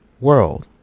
world